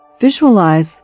Visualize